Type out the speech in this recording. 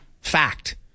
Fact